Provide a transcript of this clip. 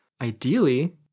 ideally